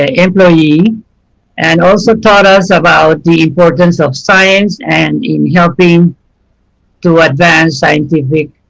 ah employee and also taught us about the importance of science and in helping to advance scientific